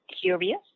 curious